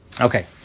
okay